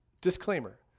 disclaimer